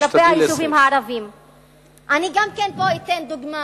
אני גם אתן דוגמה